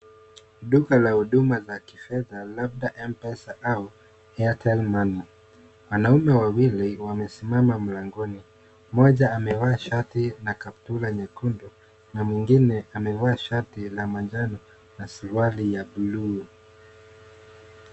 Duka la huduma za kifedha labda mpesa au airtel money. Wanaume wawili wamesimama mlangoni. Mmoja amevaa shati na kaptula nyekundu na mwingine amevaa shati la manjano na suruali la blue .